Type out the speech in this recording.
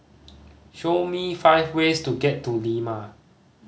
show me five ways to get to Lima